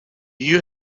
you